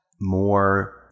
more